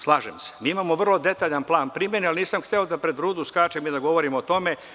Slažem se, mi imamo vrlo detaljan plan primene, ali nisam hteo pred rudu da skačem i da govorim o tome.